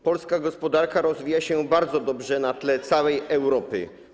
Polska gospodarka rozwija się bardzo dobrze na tle gospodarki całej Europy.